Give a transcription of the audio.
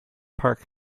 park